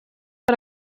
per